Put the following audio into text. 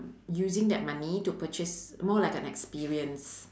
using that money to purchase more like an experience